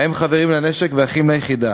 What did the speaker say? ובהם חברים לנשק ואחים ליחידה,